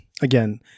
again